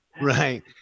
right